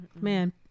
man